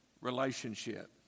relationship